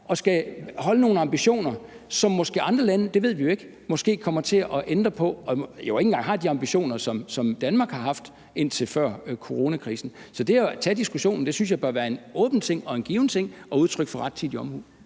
og skal holde nogle ambitioner, som andre lande måske, for det ved vi jo ikke, kommer til at ændre på – og de har jo ikke engang de ambitioner, som Danmark har haft indtil før coronakrisen. Så det at tage diskussionen synes jeg bør være en åben ting og en given ting og udtryk for rettidig omhu.